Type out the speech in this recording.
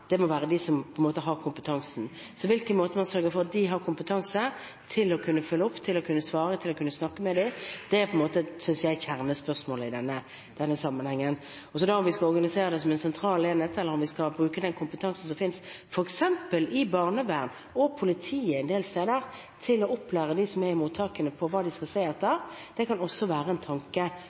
må være de som har kompetansen. Så på hvilken måte man sørger for at de har kompetanse til å kunne følge opp og til å kunne svare dem og snakke med dem, synes jeg er kjernespørsmålet i denne sammenhengen. Om vi skal organisere det som en sentral enhet, eller om vi skal bruke den kompetansen som finnes f.eks. i barnevernet og politiet en del steder, til å lære opp de som er i mottakene på hva de skal se etter, kan det også være en tanke